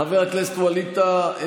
חבר הכנסת ווליד טאהא,